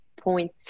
point